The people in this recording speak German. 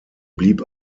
blieb